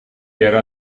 era